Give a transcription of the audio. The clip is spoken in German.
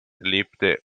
lebte